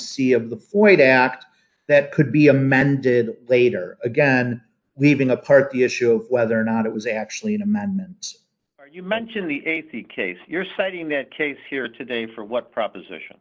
act that could be amended later again leaving apart the issue of whether or not it was actually an amendment or you mentioned the eighty case you're citing that case here today for what proposition